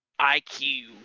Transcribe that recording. IQ